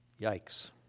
yikes